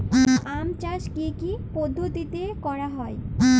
আম চাষ কি কি পদ্ধতিতে করা হয়?